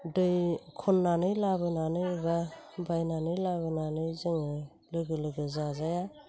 दैयाव खननानै लाबोनानै एबा बायनानै लाबोनानै जोङो लोगो लोगो जाजाया